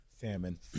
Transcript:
Salmon